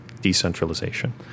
Decentralization